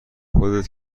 خودت